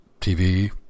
TV